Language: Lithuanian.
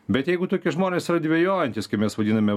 bet jeigu tokie žmonės yra dvejojantys kaip mes vadiname